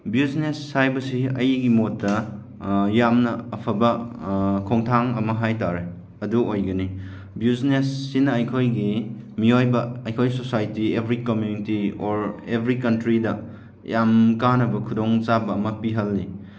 business ꯍꯥꯏꯕꯁꯤ ꯑꯩꯒꯤ ꯃꯣꯠꯇ ꯌꯥꯝꯅ ꯑꯐꯕ ꯈꯣꯡꯊꯥꯡ ꯑꯃ ꯍꯥꯏ ꯇꯥꯔꯦ ꯑꯗꯨ ꯑꯣꯏꯒꯅꯤ ꯕꯤꯖꯤꯅꯦꯁꯁꯤꯅ ꯑꯩꯈꯣꯏꯒꯤ ꯃꯤꯑꯣꯏꯕ ꯑꯩꯈꯣꯏ society every community or every ꯀꯟꯇ꯭ꯔꯤꯗ ꯌꯥꯝ ꯀꯥꯟꯅꯕ ꯈꯨꯗꯣꯡꯆꯥꯕ ꯑꯃ ꯄꯤꯍꯜꯂꯤ